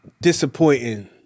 disappointing